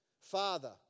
Father